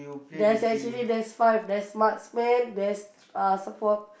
there's actually there's five there's marksman there's uh support